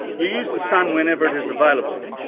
you use the sun whenever it is available.